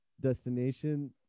destination